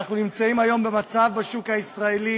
אנחנו נמצאים היום במצב בשוק הישראלי